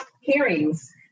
hearings